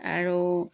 আৰু